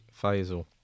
Faisal